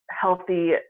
healthy